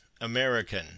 American